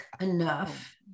enough